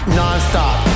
nonstop